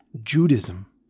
Judaism